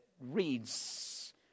reads